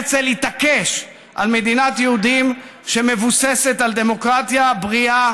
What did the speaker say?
הרצל התעקש על מדינת יהודים שמבוססת על דמוקרטיה בריאה,